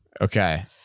Okay